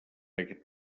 aquest